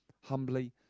humbly